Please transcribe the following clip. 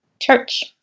church